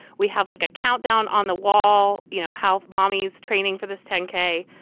we have like a countdown on the wall. you know how mommy's training for this ten k.